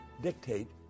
dictate